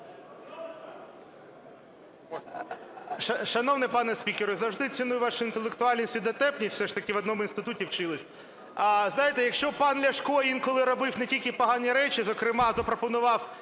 Шановний пане спікеру, завжди ціную вашу інтелектуальність і дотепність, все ж таки в одному інституті вчились. Знаєте, якщо пан Ляшко інколи робив не тільки погані речі, зокрема запропонував